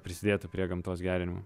prisidėtų prie gamtos gerinimo